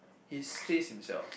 his stays himself